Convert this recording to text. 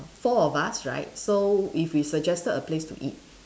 four of us right so if we suggested a place to eat